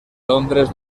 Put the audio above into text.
londres